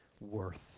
worth